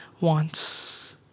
wants